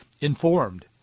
informed